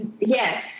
yes